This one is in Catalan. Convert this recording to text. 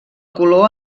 color